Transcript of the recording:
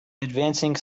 advancing